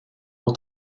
aux